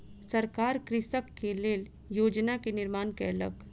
सरकार कृषक के लेल योजना के निर्माण केलक